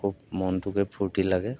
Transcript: খুব মনটোকে ফূৰ্তি লাগে